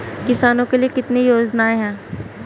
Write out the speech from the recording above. किसानों के लिए कितनी योजनाएं हैं?